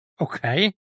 Okay